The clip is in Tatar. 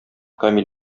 камил